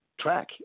track